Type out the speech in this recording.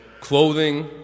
clothing